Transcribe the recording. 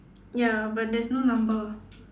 ya but there's no number